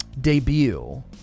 debut